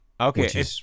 okay